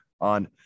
on